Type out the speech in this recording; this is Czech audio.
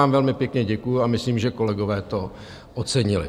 Za to vám velmi pěkně děkuju a myslím, že kolegové to ocenili.